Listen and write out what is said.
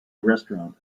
restaurant